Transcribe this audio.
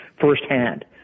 firsthand